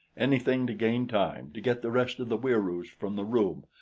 anything to gain time, to get the rest of the wieroos from the room,